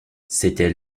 c’était